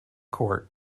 court